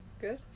good